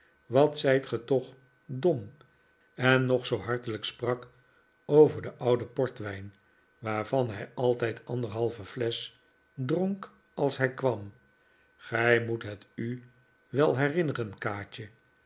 wat zijt ge toch dom en nog zoo hartelijk sprak over den ouden portwijn waarvan hij altijd anderhalve flesch dronk als hij kwam gij moet het u wel herinneren kaatje